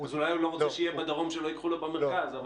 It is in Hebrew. אולי הוא לא רוצה שיהיה בדרום כדי שלא ייקחו לו במרכז --- לא,